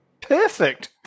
perfect